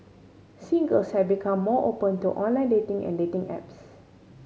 singles have become more open to online dating and dating apps